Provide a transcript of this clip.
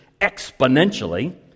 exponentially